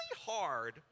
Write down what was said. hard